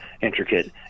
intricate